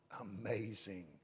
amazing